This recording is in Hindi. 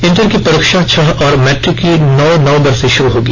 इंटर की परीक्षा छह और मैट्रिक की नौ नवंबर से शुरू होगी